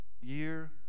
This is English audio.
year